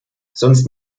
sonst